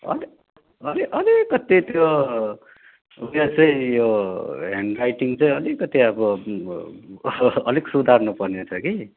अलि अलिकति त्यो उयो चाहिँ यो ह्यान्डराइटिङ चाहिँ अलिकति अलिक सुधार्नु पर्ने छ कि